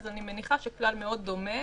אני מניחה שכלל מאוד דומה.